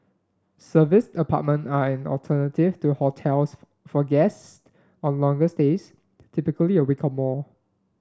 serviced apartment are an alternative to hotels for guests on longer stays typically a week or more